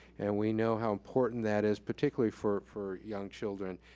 and we know how important that is, particularly for for young children,